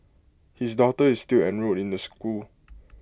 his daughter is still enrolled in the school